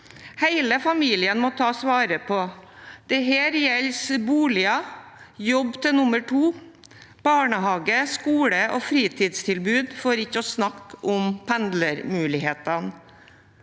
Hele familien må tas vare på. Det gjelder boliger, jobb til nummer to, barnehage, skole og fritidstilbud, for ikke å snakke om pendlermulighetene.